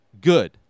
good